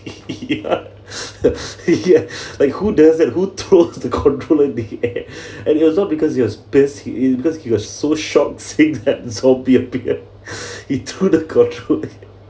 like who doesn't who throws the controller in the air and he also because he was pissed he is because he was so shocked six zombie appear he threw the controller